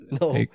No